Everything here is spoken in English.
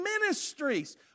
ministries